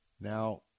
Now